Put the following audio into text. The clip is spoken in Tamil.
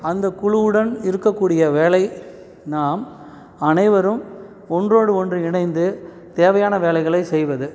அந்த குழுவுடன் இருக்கக்கூடிய வேலை நாம் அனைவரும் ஒன்றோடு ஒன்று இணைந்து தேவையான வேலைகளை செய்வது